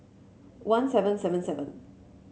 one seven seven seven